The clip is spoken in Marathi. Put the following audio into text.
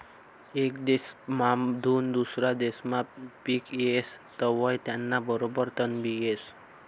येक देसमाधून दुसरा देसमा पिक येस तवंय त्याना बरोबर तणबी येस